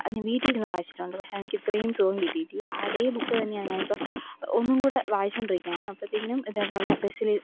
അത് ഞാൻ വീട്ടിൽ ഇരുന്ന് വായിച്ചിട്ടുണ്ട് പക്ഷെ അത് എനിക്ക് ഇത്രയും സുഖം കിട്ടിയിട്ടില്ല അതേ ബുക്ക് തന്നെയാണ് ഞാൻ ഇപ്പം ഒന്നും കൂടെ വായിച്ചോണ്ടിരിക്കുകയാണ് അപ്പത്തേക്കിനും ഇതേപോലെ ബസ്സിൽ